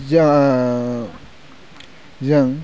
जों